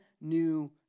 new